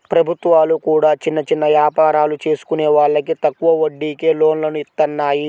ప్రభుత్వాలు కూడా చిన్న చిన్న యాపారాలు చేసుకునే వాళ్లకి తక్కువ వడ్డీకే లోన్లను ఇత్తన్నాయి